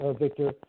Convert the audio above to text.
Victor